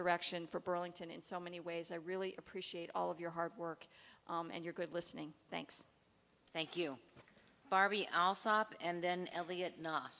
direction for burlington in so many ways i really appreciate all of your hard work and your good listening thanks thank you barbie alsop and then elliott not